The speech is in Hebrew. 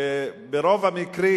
שברוב המקרים